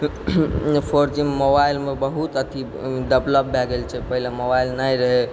four G मोबाइलमे बहुत अथी डेवलप भऽ गेल छै पहिले मोबाइल नहि रहै